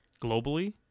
globally